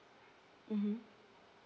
mmhmm